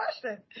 question